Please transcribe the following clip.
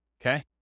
okay